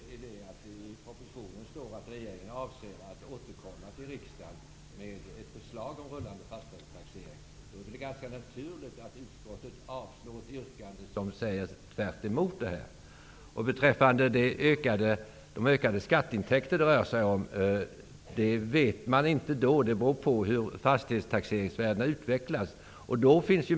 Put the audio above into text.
Herr talman! I propositionen står det att regeringen avser att återkomma till riksdagen med ett förslag om en rullande fastighetstaxering. Då är det väl ganska naturligt att utskottet avstyrker ett yrkande som innebär raka motsatsen. Beträffande de ökade skatteintäkter som det rör sig om vill jag säga följande. Här vet man inte hur det blir. Det beror ju på hur fastighetsvärdena utvecklas.